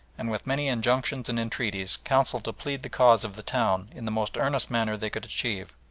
and with many injunctions and entreaties counselled to plead the cause of the town in the most earnest manner they could achieve.